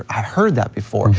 ah i've heard that before,